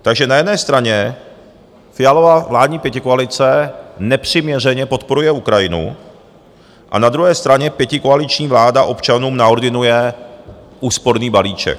Takže na jedné straně Fialova vládní pětikoalice nepřiměřeně podporuje Ukrajinu a na druhé straně pětikoaliční vláda občanům naordinuje úsporný balíček.